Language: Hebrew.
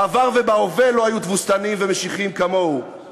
בעבר ובהווה לא היו תבוסתניים ומשיחיים כמוהו,